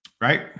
Right